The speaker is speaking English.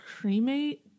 cremate